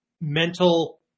mental